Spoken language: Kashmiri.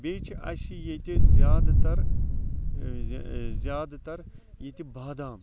بیٚیہِ چھِ اَسہِ ییٚتہِ زیادٕ تَر زیادٕ تَر ییٚتہِ بادام